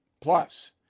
Plus